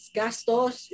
gastos